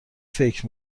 فکر